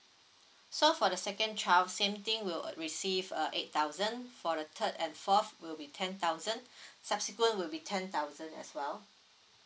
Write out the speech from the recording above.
so for the second child same thing will receive a eight thousand for the third and fourth will be ten thousand subsequent would be ten thousand as well